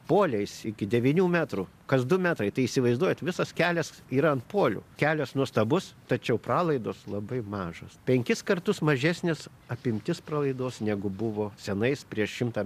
poliais iki devynių metrų kas du metrai tai įsivaizduojat visos kelias yra ant polių kelias nuostabus tačiau pralaidos labai mažos penkis kartus mažesnis apimtis pralaidos negu buvo senais prieš šimtą